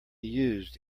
used